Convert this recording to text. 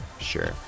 sure